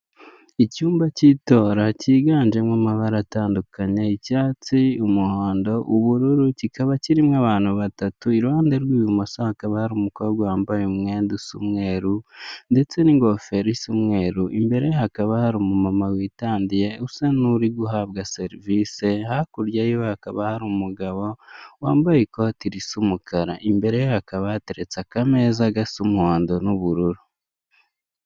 Icyumba cy'itora cyiganjemo amabara atandukanye, icyatsi, umuhondo, ubururu, Kikaba kirimo abantu batatu, iruhande rw'ibumoso hakaba hari umukobwa wambaye umwenda usa umweru ndetse n'ingofero isa umweru, imbere ye hakaba hari umumama witandiye usa n'uri guhabwa serivisi, hakurya yiwe hakaba hari umugabo wambaye ikoti risa umukara, imbere ye hakaba hateretse akameza gasa umuhondo n'ubururu.